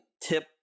tip